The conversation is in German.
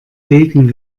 degen